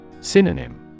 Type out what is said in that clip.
Synonym